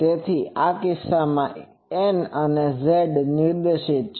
તેથી આ કિસ્સામાં n એ z નિર્દેશિત છે